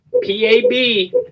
P-A-B